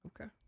Okay